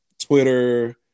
Twitter